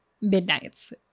Midnights